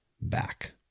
back